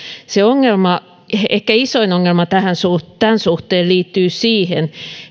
ehkä isoin ongelma tämän suhteen liittyy siihen